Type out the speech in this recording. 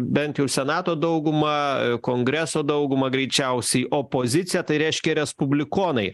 bent jau senato daugumą kongreso daugumą greičiausiai opozicija tai reiškia respublikonai